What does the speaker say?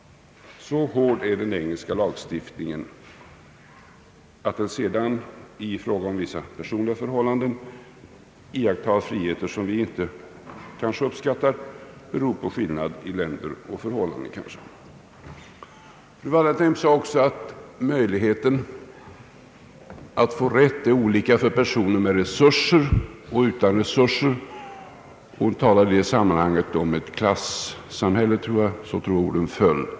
Så hård är den engelska lagstiftningen. Att den sedan i fråga om vissa personliga förhållanden iakttar friheter som vi kanske inte uppskattar beror nog på olikartade förhållanden i olika länder. Fru Wallentheim sade också att möjligheten att få rätt är olika för personer med resurser och personer utan resurser. Hon talade i det sammanhanget om ett klassamhälle — så tror jag att orden föll.